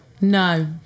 No